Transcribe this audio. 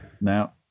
now